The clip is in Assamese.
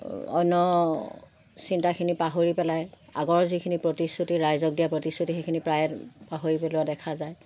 অন্য চিন্তাখিনি পাহৰি পেলাই আগৰ যিখিনি প্ৰতিশ্ৰুতি ৰাইজক দিয়া প্ৰতিশ্ৰুতি সেইখিনি প্ৰায়ে পাহৰি পেলোৱা দেখা যায়